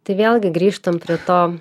tai vėlgi grįžtam prie to